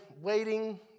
waiting